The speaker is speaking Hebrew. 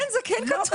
כן, זה כן כתוב.